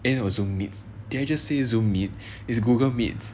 it also meets the did I just say zoom meets is google meets